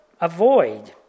avoid